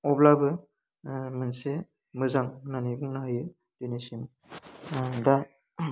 अब्लाबो मोनसे मोजां होन्नानै बुंनो हायो दिनैसिम आं दा